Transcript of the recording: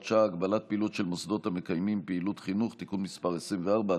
שעה) (הגבלת פעילות של מוסדות המקיימים פעילות חינוך) (תיקון מס' 24),